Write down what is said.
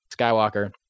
Skywalker